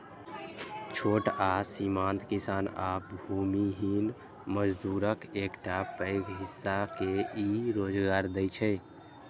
छोट आ सीमांत किसान आ भूमिहीन मजदूरक एकटा पैघ हिस्सा के ई रोजगार दै छै